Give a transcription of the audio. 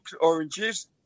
oranges